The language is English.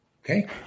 Okay